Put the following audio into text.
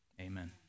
Amen